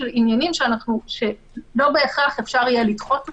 של עניינים שלא בהכרח אפשר יהיה לדחות אותם,